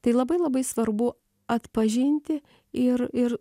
tai labai labai svarbu atpažinti ir ir